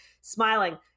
smiling